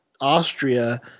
Austria